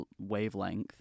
wavelength